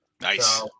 Nice